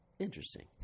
interesting